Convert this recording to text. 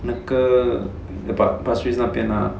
那个 pasir-ris 那边 ah